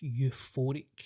euphoric